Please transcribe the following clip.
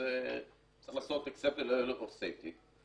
צריך לעשות Acceptable Level of Safety.